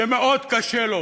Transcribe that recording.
שמאוד קשה לו